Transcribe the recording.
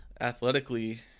athletically